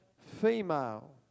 female